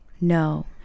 No